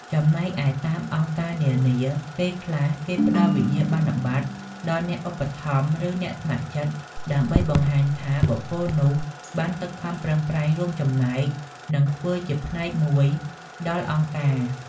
ចំណែកឯតាមអង្គការនានា ពេលខ្លះគេផ្ដល់វិញ្ញាបនបត្រដល់អ្នកឧបត្ថម្ភ ឬ អ្នកស្ម័គ្រចិត្តដើម្បីបង្ហាញថា បុគ្គលនោះបានខិតខំប្រឹងប្រែងរួមចំណែក និងធ្វើជាផ្នែកមួយជួយដល់អង្គការ។